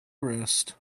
wrist